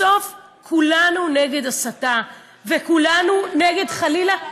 בסוף כולנו נגד הסתה וכולנו נגד, חלילה, הסתה.